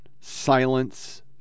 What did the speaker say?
Silence